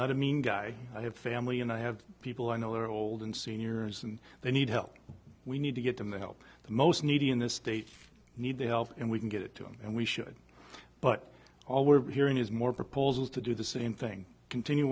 not a mean guy i have family and i have people i know that are old and seniors and they need help we need to get them to help the most needy in this state need the help and we can get it to them and we should but all we're hearing is more proposals to do the same thing continue